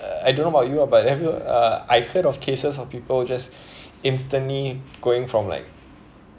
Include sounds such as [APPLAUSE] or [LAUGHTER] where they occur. uh I don't know about you ah but have you uh I heard of cases of people just [BREATH] instantly going from like